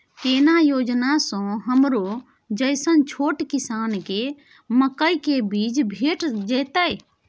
केना योजना स हमरो जैसन छोट किसान के मकई के बीज भेट जेतै?